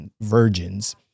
virgins